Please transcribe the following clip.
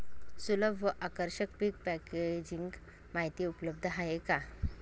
सुलभ व आकर्षक पीक पॅकेजिंग माहिती उपलब्ध आहे का?